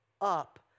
up